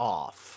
off